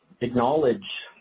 acknowledge